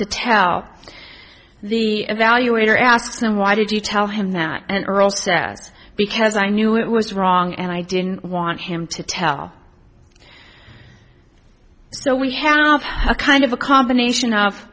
to tell the evaluator asked him why did you tell him that earl says because i knew it was wrong and i didn't want him to tell so we have a kind of a combination of